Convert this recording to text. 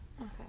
Okay